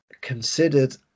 considered